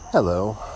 Hello